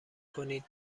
کنید